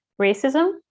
racism